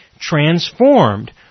transformed